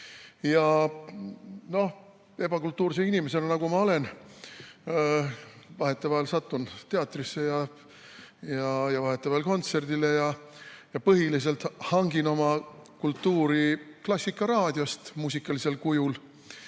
Ebakultuurse inimesena, nagu ma olen, ma vahetevahel satun teatrisse ja vahetevahel kontserdile ja põhiliselt hangin oma kultuuri Klassikaraadiost muusikalisel kujul.